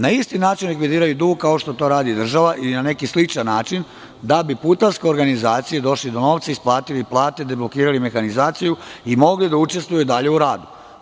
Na isti način likvidiraju dug kao što to radi država ili na neki sličan način da bi putarske organizacije došle do novca, isplatili plate, deblokirali mehanizaciju i mogli da učestvuju dalje u radu.